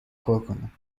کنم